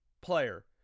player